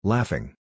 Laughing